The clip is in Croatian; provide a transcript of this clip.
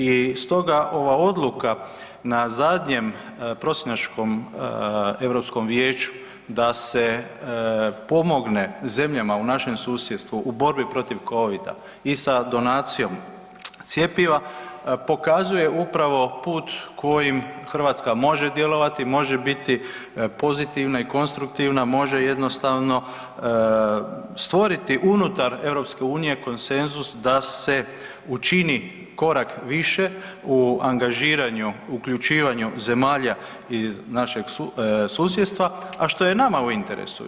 I stoga ova odluka na zadnjem prosinačkom Europskom vijeću da se pomogne zemljama u našem susjedstvu u borbi protiv covida i sa donacijom cjepiva pokazuje upravo put kojim Hrvatska može djelovati, može biti pozitivna i konstruktivna, može jednostavno stvoriti unutar EU konsenzus da se učini korak više u angažiranju, uključivanju zemalja iz našeg susjedstva, a što je nama u interesu.